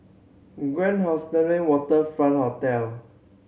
Grand Waterfront Hotel